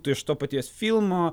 tai iš to paties filmo